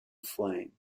flame